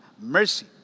mercy